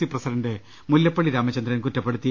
C president Mullappally Ramachandran കുറ്റപ്പെടുത്തി